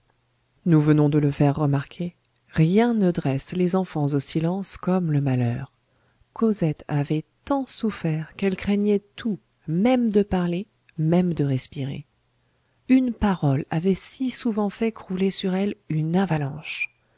nous venons de le faire remarquer rien ne dresse les enfants au silence comme le malheur cosette avait tant souffert qu'elle craignait tout même de parler même de respirer une parole avait si souvent fait crouler sur elle une avalanche